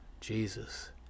Jesus